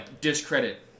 discredit